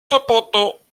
cependant